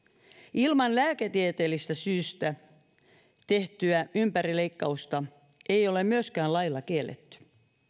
ilman lääketieteellistä syytä tehtyä ympärileikkausta ei ole myöskään lailla kielletty